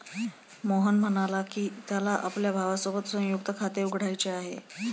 मोहन म्हणाला की, त्याला आपल्या भावासोबत संयुक्त खाते उघडायचे आहे